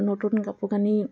নতুন কাপোৰ কানি